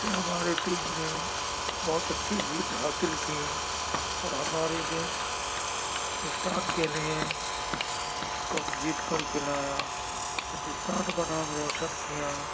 اس سے ہماری ٹیم نے بہت اچھی جیت حاصل کی اور ہمارے دیش ہندوستان کے لیے کپ جیت کر کے لایا ہندوستان کا نام روشن کیا